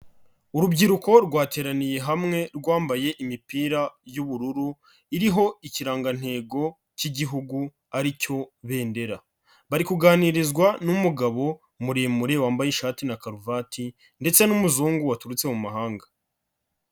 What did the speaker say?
Urubyiruko rwateraniye hamwe rwambaye imipira y'ubururu iriho Ikirangantego cy'Igihugu ari cyo bendera. Bari kuganirizwa n'umugabo muremure wambaye ishati na karuvati ndetse n'umuzungu waturutse mu mahanga.